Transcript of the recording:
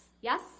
Yes